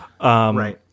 Right